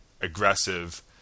aggressive